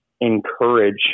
encourage